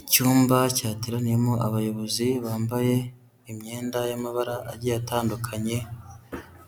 Icyumba cyateraniyemo abayobozi bambaye imyenda y'amabara agiye atandukanye,